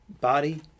body